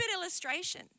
illustration